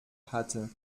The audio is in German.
hatte